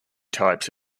types